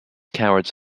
cowards